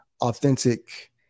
authentic